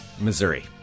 Missouri